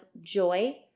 joy